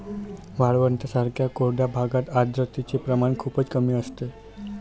वाळवंटांसारख्या कोरड्या भागात आर्द्रतेचे प्रमाण खूपच कमी असते